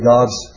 God's